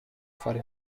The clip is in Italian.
fare